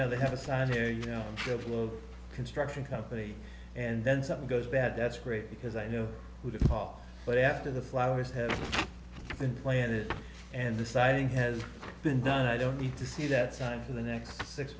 know they have a sign here you know there was construction company and then something goes bad that's great because i know who to fall but after the flowers have been planted and deciding has been done i don't need to see that sign for the next six